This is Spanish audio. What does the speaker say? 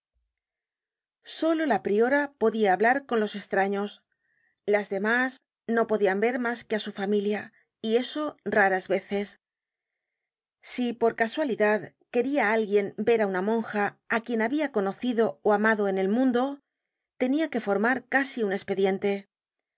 solo la priora podia hablar con los estraños las demás no podian ver mas que á su familia y eso raras veces si por casualidad queria alguien ver á una monja á quien habia conocido ó amado en el mundo tenia que formar casi un espediente